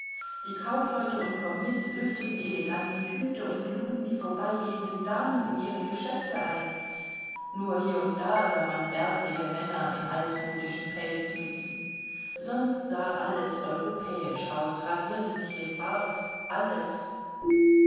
die kaufleute und kommis lüfteten elegant die hüte und luden die vorbeigehenden damen in ihre geschäfte ein nur hier und da sah man bärtige männer in altmodischen pelzmützen sonst sah alles europäisch aus rasierte sich den bart alles